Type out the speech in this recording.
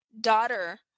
daughter